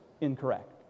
incorrect